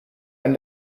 ein